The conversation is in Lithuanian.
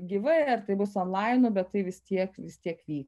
gyvai ar tai bus onlainu bet tai vis tiek vis tiek vyks